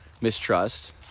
mistrust